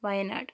Wayanad